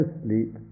sleep